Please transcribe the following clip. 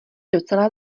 docela